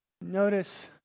Notice